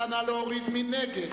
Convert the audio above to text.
מי נגד?